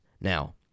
Now